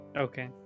okay